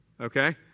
Okay